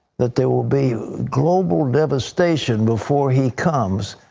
that there will be global devastation before he comes,